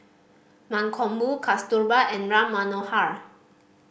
Mankombu Kasturba and Ram Manohar